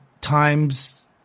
times